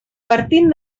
partim